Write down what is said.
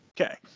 okay